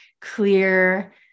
clear